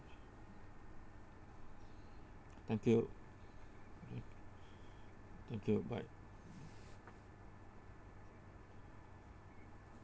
thank you thank you bye